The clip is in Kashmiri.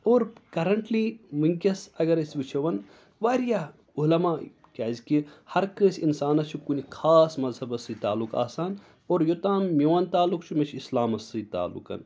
اور کَرَنٛٹلی وٕنۍکٮ۪س اگر أسۍ وٕچھو وَن واریاہ عُلما کیٛازِکہِ ہر کٲنٛسہِ اِنسانَس چھُ کُنہِ خاص مزہبس سۭتۍ تعلُق آسان اور یوٚتام میون تعلُق چھُ مےٚ چھِ اِسلامَس سۭتۍ تعلُق